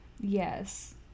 Yes